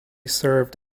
served